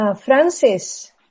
Francis